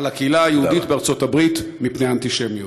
על הקהילה היהודית בארצות-הברית מפני אנטישמיות.